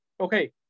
Okay